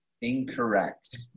Incorrect